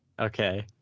Okay